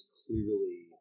clearly